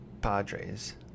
Padres